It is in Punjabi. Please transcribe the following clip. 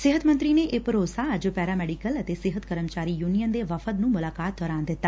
ਸਿਹਤ ਮੰਤਰੀ ਨੇ ਇਹ ਭਰੋਸਾ ਅੱਜ ਪੈਰਾ ਮੈਡੀਕਲ ਅਤੇ ਸਿਹਤ ਕਰਮਚਾਰੀ ਯੁਨੀਅਨ ਦੇ ਵਫ਼ਦ ਨੂੰ ਮੁਲਾਕਾਤ ਦੌਰਾਨ ਦਿੱਤਾ